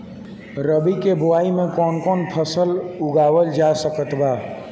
रबी के बोआई मे कौन कौन फसल उगावल जा सकत बा?